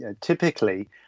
typically